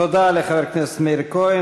תודה לחבר הכנסת מאיר כהן.